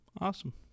Awesome